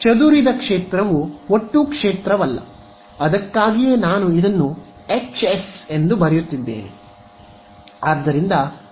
ಚದುರಿದ ಕ್ಷೇತ್ರವು ಒಟ್ಟು ಕ್ಷೇತ್ರವಲ್ಲ ಅದಕ್ಕಾಗಿಯೇ ನಾನು ಇದನ್ನು Hs ಎಂದು ಬರೆಯುತ್ತಿದ್ದೇನೆ